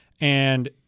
and-